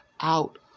out